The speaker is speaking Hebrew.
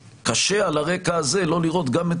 וקשה על הרקע הזה לא לראות גם את